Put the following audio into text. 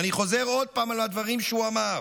ואני חוזר עוד פעם על הדברים שהוא אמר: